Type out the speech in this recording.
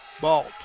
Balt